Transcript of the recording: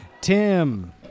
Tim